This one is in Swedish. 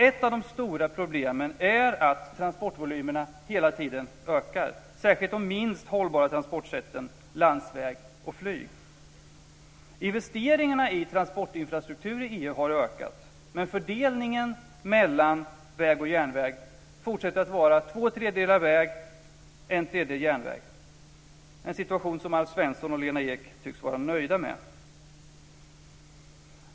Ett av de stora problemen är att transportvolymerna hela tiden ökar, särskilt de minst hållbara transportsätten, dvs. landsväg och flyg. Investeringarna i transportinfrastruktur i EU har ökat, men fördelningen mellan väg och järnväg fortsätter att vara två tredjedelar väg-en tredjedel järnväg. Det är en situation som Alf Svensson och Lena Ek tycks vara nöjda med.